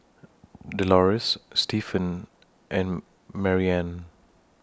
Delores Stefan and Marianne